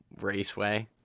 raceway